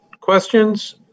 questions